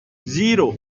zero